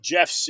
Jeff